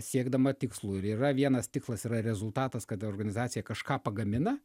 siekdama tikslų ir yra vienas tikslas yra rezultatas kad organizacija kažką pagamina